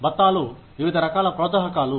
బత్తాలు వివిధ రకాల ప్రోత్సాహకాలు